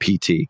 PT